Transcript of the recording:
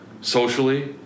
socially